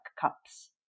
cups